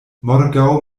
morgaŭ